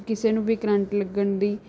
ਕਿਸੇ ਨੂੰ ਵੀ ਕਰੰਟ ਲੱਗਣ ਦੀ